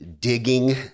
digging